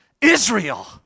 Israel